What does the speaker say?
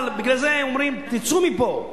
אבל בגלל זה הם אומרים: תצאו מפה,